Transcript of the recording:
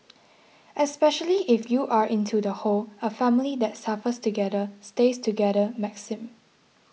especially if you are into the whole a family that suffers together stays together maxim